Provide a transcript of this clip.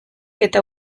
eta